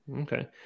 Okay